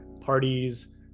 parties